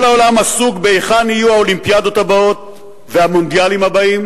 כל העולם עסוק בהיכן יהיו האולימפיאדות הבאות והמונדיאלים הבאים,